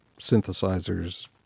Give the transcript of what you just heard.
synthesizers